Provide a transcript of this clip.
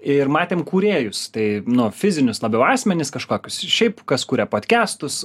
ir matėm kūrėjus tai nu fizinius labiau asmenis kažkokius šiaip kas kuria podkestus